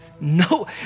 No